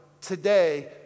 today